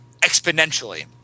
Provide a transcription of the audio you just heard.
Exponentially